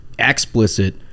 explicit